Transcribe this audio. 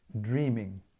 dreaming